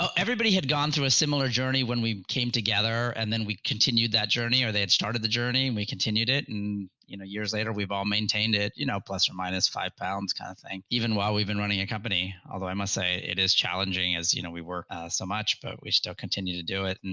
so everybody had gone through a similar journey when we came together and then we continue that journey or they had started the journey, and we continued it, and you know years later, we've all maintained it, you know plus or minus five pounds kind of thing even while we've been running a company, although i must say, it is challenging as you know we work so much but we still continue to do it. and